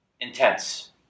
intense